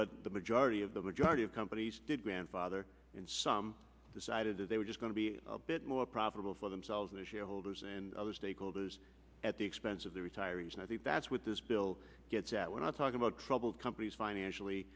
what the majority of the majority of companies did grandfather and some decided that they were just going to be a bit more profitable for themselves their shareholders and other stakeholders at the expense of the retirees and i think that's what this bill gets at when i talk about troubled companies financially